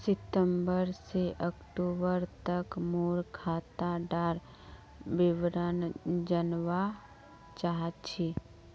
सितंबर से अक्टूबर तक मोर खाता डार विवरण जानवा चाहची?